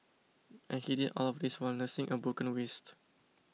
and he did all of this while nursing a broken wrist